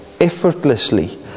effortlessly